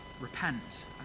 repent